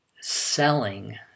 selling